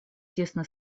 тесно